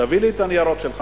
תביא לי את הניירות שלך,